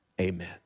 amen